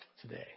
today